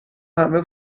همه